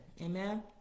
amen